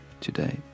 today